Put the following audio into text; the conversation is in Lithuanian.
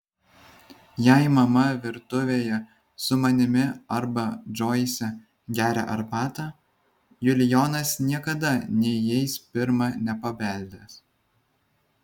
jei mama virtuvėje su manimi arba džoise geria arbatą julijonas niekada neįeis pirma nepabeldęs